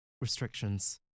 Restrictions